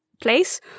place